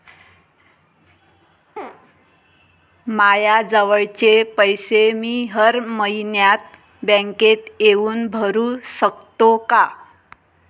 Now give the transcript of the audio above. मायाजवळचे पैसे मी हर मइन्यात बँकेत येऊन भरू सकतो का?